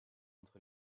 entre